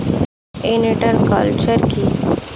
Inter culture কি?